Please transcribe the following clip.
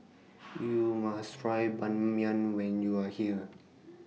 YOU must Try Ban Mian when YOU Are here